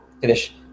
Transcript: finish